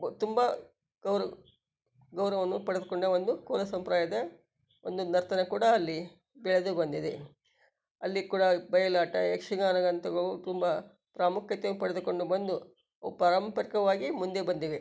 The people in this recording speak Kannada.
ತುಂಬ ಗೌರವ ಗೌರವವನ್ನು ಪಡೆದುಕೊಂಡ ಒಂದು ಕೋಲ ಸಂಪ್ರದಾಯದ ಒಂದು ನರ್ತನೆ ಕೂಡ ಅಲ್ಲಿ ಬೆಳೆದು ಬಂದಿದೆ ಅಲ್ಲಿ ಕೂಡ ಬಯಲಾಟ ಯಕ್ಷಗಾನದಂಥವು ತುಂಬ ಪ್ರಾಮುಖ್ಯತೆ ಪಡೆದುಕೊಂಡು ಬಂದು ಪಾರಂಪರಿಕವಾಗಿ ಮುಂದೆ ಬಂದಿವೆ